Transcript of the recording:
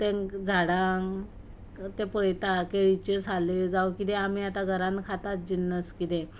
ते झाडांक ते पळयता केळ्याच्यो साली जावं कितें आमी घरांत खातात जिनस कितें